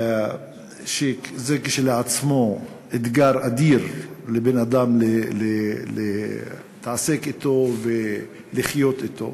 שזה כשלעצמו אתגר אדיר לבן-אדם להתעסק אתו ולחיות אתו,